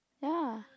ya